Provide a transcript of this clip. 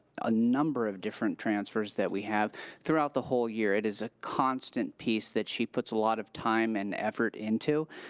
a number of different transfers that we have throughout the whole year. it is a constant piece that she puts a lot of time and effort into.